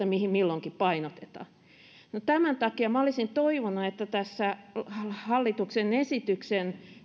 mihin milloinkin painotetaan ovat isoja valintoja tämän takia minä olisin toivonut että hallituksen esityksen